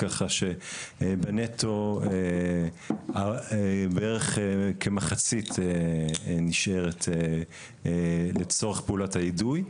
ככה שבנטו בערך כמחצית נשארת לצורך פעולות האידוי,